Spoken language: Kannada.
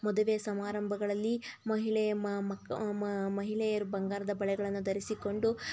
ಮದುವೆ ಸಮಾರಂಭಗಳಲ್ಲಿ ಮಹಿಳೆ ಮಹಿಳೆಯರು ಬಂಗಾರದ ಬಳೆಗಳನ್ನು ಧರಿಸಿಕೊಂಡು